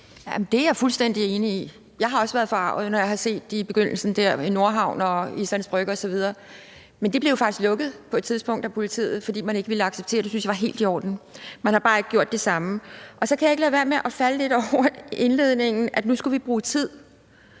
Det er jeg fuldstændig enig i. Jeg har også været forarget, når jeg har set det i begyndelsen der i Nordhavn og på Islands Brygge osv. Men de blev jo faktisk lukket på et tidspunkt af politiet, fordi man ikke vil acceptere det. Det synes jeg var helt i orden. Man har bare ikke gjort det samme. Så kan jeg ikke lade være med at falde lidt over indledningen om, at vi nu skal bruge tid